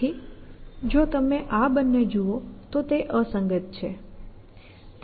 તેથી જો તમે આ બંને જુઓ તો તે અસંગત છે